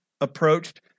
approached